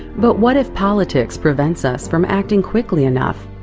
but what if politics prevents us from acting quickly enough.